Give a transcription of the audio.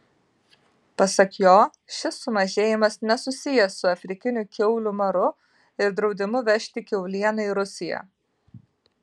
pasak jo šis sumažėjimas nesusijęs su afrikiniu kiaulių maru ir draudimu vežti kiaulieną į rusiją